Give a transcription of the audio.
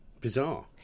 Bizarre